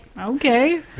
okay